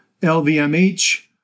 LVMH